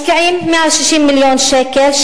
משקיעים 160 מיליון שקל,